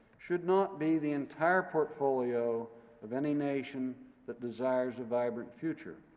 should not be the entire portfolio of any nation that desires a vibrant future.